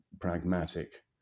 pragmatic